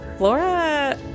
Flora